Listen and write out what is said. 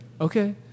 okay